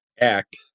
act